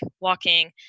walking